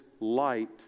light